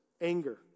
anger